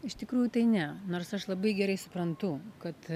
iš tikrųjų tai ne nors aš labai gerai suprantu kad